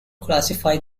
classify